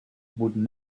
would